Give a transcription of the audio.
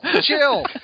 chill